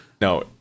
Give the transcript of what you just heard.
No